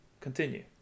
continue